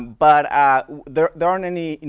but ah there there aren't any, you know,